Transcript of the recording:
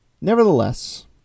nevertheless